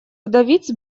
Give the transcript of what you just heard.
вдовиц